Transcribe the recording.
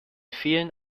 vielen